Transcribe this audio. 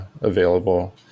available